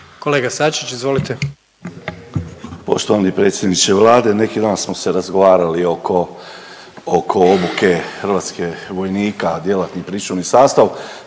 suverenisti)** Poštovani predsjedniče Vlade. Neki dan smo se razgovarali oko obuke hrvatskih vojnika, djelatni pričuvni sastav.